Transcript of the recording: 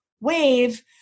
wave